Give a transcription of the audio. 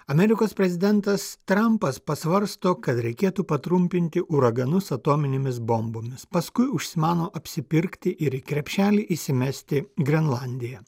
amerikos prezidentas trampas pasvarsto kad reikėtų patrumpinti uraganus atominėmis bombomis paskui užsimano apsipirkti ir į krepšelį įsimesti grenlandiją